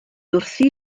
wrthi